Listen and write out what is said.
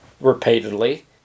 repeatedly